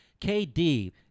KD